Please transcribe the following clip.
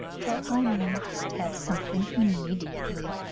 for i must have something immediately.